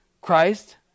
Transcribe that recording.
Christ